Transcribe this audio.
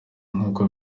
nk’uko